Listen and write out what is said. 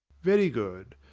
very good.